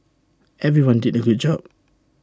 everyone did A good job